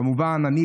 כמובן אני,